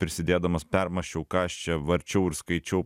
prisidėdamas permąsčiau ką aš čia varčiau ir skaičiau